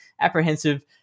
apprehensive